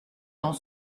dans